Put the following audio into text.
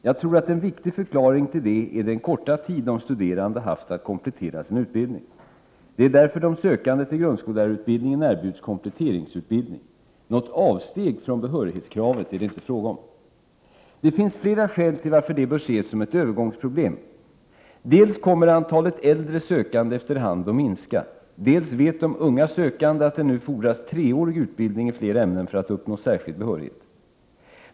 Jag tror att en viktig förklaring till detta är den korta tid de studerande haft att komplettera sin utbildning. Det är därför de sökande till grundskollärarutbildningen erbjuds kompletteringsutbildning. Något avsteg från behörighetskravet är det inte fråga om. Det finns flera skäl till att detta bör ses som ett övergångsproblem. Dels kommer antalet äldre sökande efter hand att minska, dels vet de unga sökande att det nu fordras treårig utbildning i flera ämnen för att uppnå särskild behörighet.